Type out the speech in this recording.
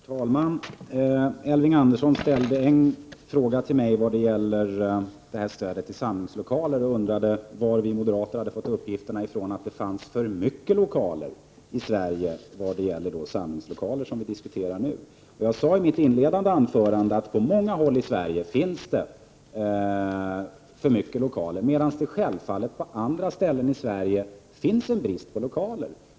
Herr talman! Elving Andersson frågade mig varifrån vi moderater hade fått uppgiften om att det finns för många samlingslokaler i Sverige. Jag sade i mitt inledningsanförande att det på många håll i Sverige finns för många lokaler, medan det självfallet på andra håll råder brist på lokaler.